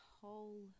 whole